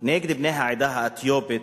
נגד בני העדה האתיופית